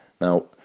Now